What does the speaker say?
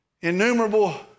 innumerable